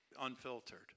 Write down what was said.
unfiltered